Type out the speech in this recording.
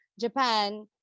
Japan